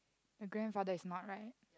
your grandfather is not right